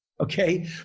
okay